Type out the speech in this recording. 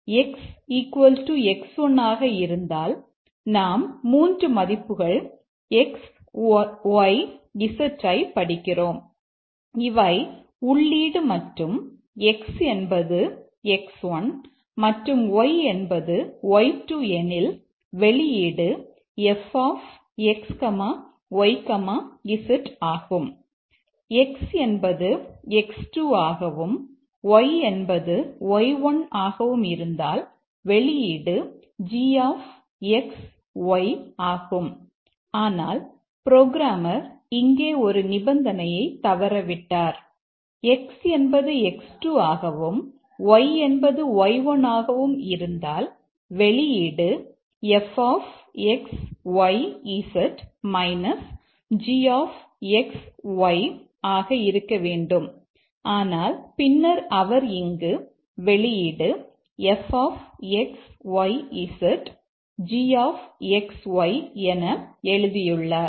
x x1 ஆக இருந்தால் நாம் 3 மதிப்புகள் x y z ஐப் படிக்கிறோம் இவை உள்ளீடு மற்றும் x என்பது x1 மற்றும் y என்பது y2 எனில் வெளியீடு f என எழுதியுள்ளார்